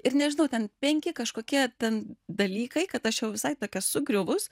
ir nežinau ten penki kažkokie ten dalykai kad aš jau visai tokia sugriuvus